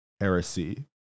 heresy